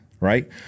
Right